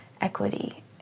equity